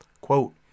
Quote